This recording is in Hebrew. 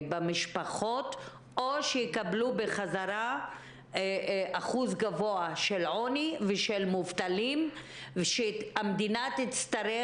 ובמשפחות או שיקבלו בחזרה אחוז גבוה של עוני ושל מובטלים כשהמדינה תצטרך